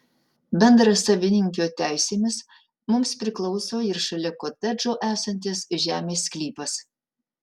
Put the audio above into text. bendrasavininkio teisėmis mums priklauso ir šalia kotedžo esantis žemės sklypas